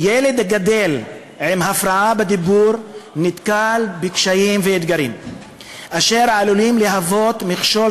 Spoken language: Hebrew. ילד הגדל עם הפרעה בדיבור נתקל בקשיים ואתגרים אשר עלולים להוות מכשול